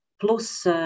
plus